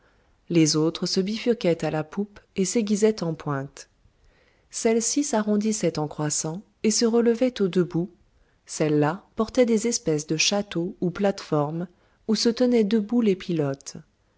les autres se bifurquaient à la poupe et s'aiguisaient en pointe celles-ci s'arrondissaient en croissant et se relevaient aux deux bouts celles-là portaient des espèces de châteaux ou plates-formes où se tenaient debout les pilotes